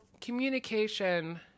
communication